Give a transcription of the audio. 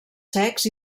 secs